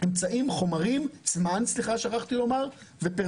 אמצעים חומרים, זמן ופרסונל.